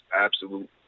absolute